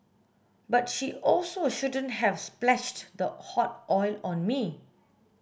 but she also shouldn't have splashed the hot oil on me